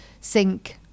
sink